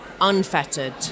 unfettered